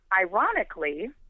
ironically